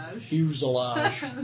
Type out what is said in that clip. Fuselage